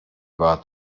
war